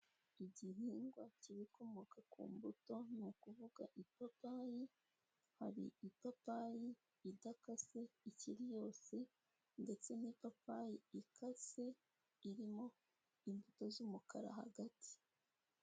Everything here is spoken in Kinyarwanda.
Igihingwa cy'ibikomoka ku mbuto ni ukuvuga ipapayi, hari ipapayi idakase ikiri yose ndetse n'ipapayi ikase irimo imbuto z'umukara hagati.